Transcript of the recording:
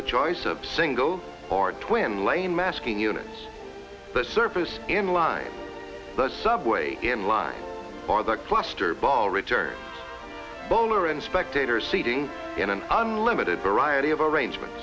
the choice of single or twin lane masking units the surface in line the subway in line for the cluster ball return bowler and spectator seating in an unlimited variety of a range